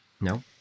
No